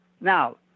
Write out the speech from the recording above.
Now